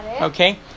Okay